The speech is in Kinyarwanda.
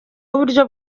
n’uburyo